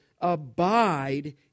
abide